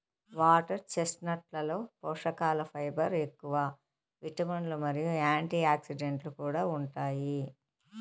water చెస్ట్నట్లలో పోషకలు fibre ఎక్కువ, విటమిన్లు మరియు యాంటీఆక్సిడెంట్లు కూడా ఉంటాయి